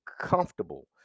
comfortable